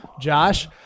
Josh